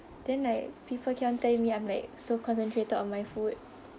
then like people keep on telling me I'm like so concentrated on my food